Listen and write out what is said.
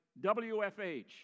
WFH